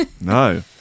No